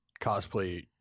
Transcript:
cosplay